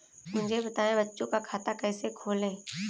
मुझे बताएँ बच्चों का खाता कैसे खोलें?